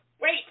Wait